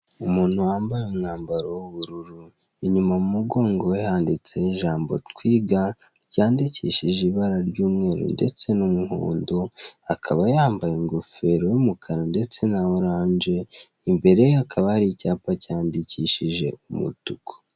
Umuntu wambaye umwambaro w'ubururu, inyuma mumugongo we handitseho ijambo twiga, ryandikishije ibara ry'umweru ndetse n'umuhondo, akaba yambaye ingofero y'umukara ndetse na oranje, imbere ye hakaba hari icyapa cyandikishije umutuku.